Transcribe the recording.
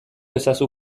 ezazu